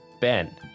Ben